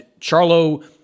Charlo